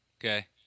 Okay